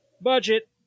budget